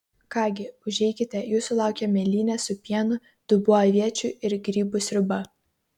ką gi užeikite jūsų laukia mėlynės su pienu dubuo aviečių ir grybų sriuba